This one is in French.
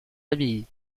abbaye